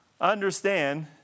Understand